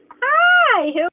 Hi